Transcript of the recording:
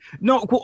no